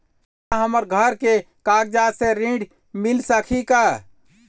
मोला हमर घर के कागजात से ऋण मिल सकही का?